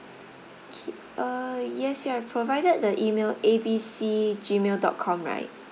K uh yes you have provided the email A B C gmail dot com right